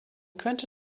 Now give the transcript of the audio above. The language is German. könnte